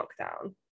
lockdown